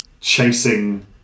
chasing